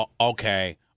Okay